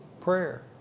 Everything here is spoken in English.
Prayer